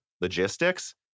Logistics